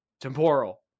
Temporal